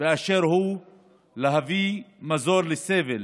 באשר הוא להביא מזור לסבל